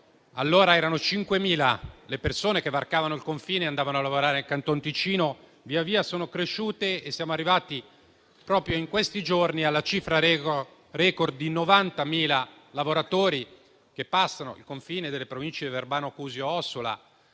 Allora le persone che varcavano il confine e andavano a lavorare nel Canton Ticino erano 5.000. Quel numero è via via cresciuto e siamo arrivati, proprio in questi giorni, alla cifra *record* di 90.000 lavoratori che passano il confine delle Province di Verbano-Cusio-Ossola,